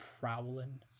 prowling